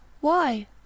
Why